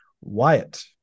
Wyatt